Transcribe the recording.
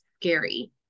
scary